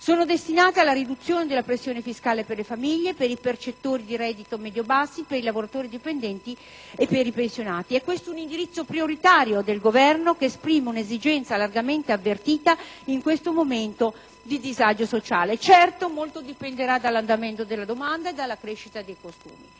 sono destinate alla riduzione della pressione fiscale per le famiglie, per i percettori di redditi medio-bassi, per i lavoratori dipendenti e per i pensionati. È questo un indirizzo prioritario del Governo, che esprime un'esigenza largamente avvertita in questo momento di disagio sociale. Certo, molto dipenderà dall'andamento della domanda interna e dalla crescita dei consumi.